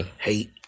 Hate